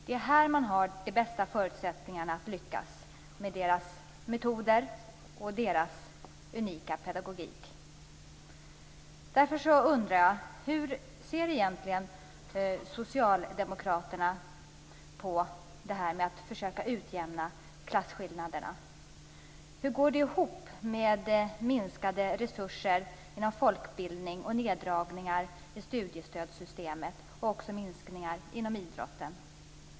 Det är här man har de bästa förutsättningarna att lyckas, tack vare deras metoder och deras unika pedagogik. Därför undrar jag: Hur ser egentligen socialdemokraterna på det här med att försöka utjämna klasskillnaderna? Hur går det ihop med minskade resurser inom folkbildningen, neddragningar i studiestödssystemet och minskningar inom idrotten?